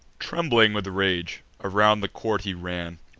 trembling with rage, around the court he ran,